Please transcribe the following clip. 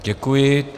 Děkuji.